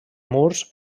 murs